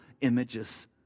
images